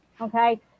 Okay